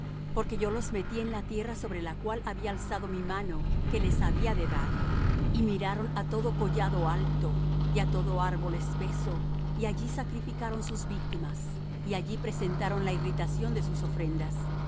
porque yo los metí en la tierra sobre la cual había alzado mi mano que les había de dar y miraron á todo collado alto y á todo árbol espeso y allí sacrificaron sus víctimas y allí presentaron la irritación de sus ofrendas